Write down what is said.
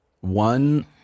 one